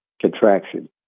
contraction